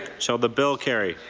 shall the bill carry.